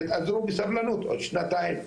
תתאזרו בסבלנות עוד שנתיים,